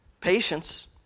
patience